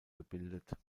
gebildet